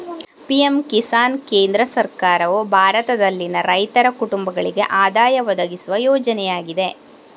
PM Kisan ಕೇಂದ್ರ ಸರ್ಕಾರವು ಭಾರತದಲ್ಲಿನ ರೈತರ ಕುಟುಂಬಗಳಿಗೆ ಆದಾಯ ಒದಗಿಸುವ ಯೋಜನೆಯಾಗಿದೆ